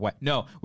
No